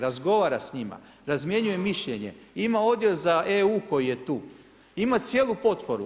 Razgovara s njima, razmjenjuje mišljenje, ima odjel za EU koji je tu, ima cijelu potporu.